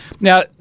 Now